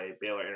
baylor